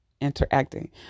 interacting